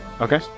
Okay